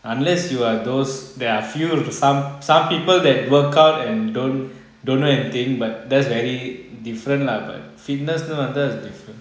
unless you are those there are few some some people that workout and don't don't know anything but there's very different lah but fitness is different